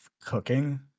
Cooking